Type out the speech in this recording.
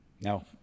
No